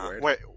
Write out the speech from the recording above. Wait